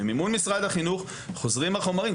במימון משרד החינוך חוזרים החומרים.